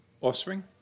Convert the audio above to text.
Offspring